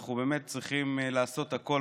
שאנחנו באמת צריכים לעשות הכול,